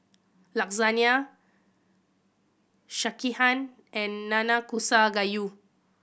Lasagne Sekihan and Nanakusa Gayu